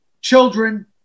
children